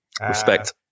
Respect